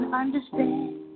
understand